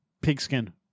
pigskin